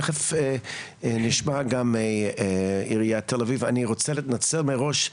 אני רוצה להתנצל מראש,